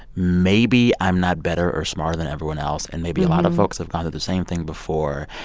maybe i'm not better or smarter than everyone else, and maybe a lot of folks have gone through the same thing before.